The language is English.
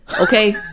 Okay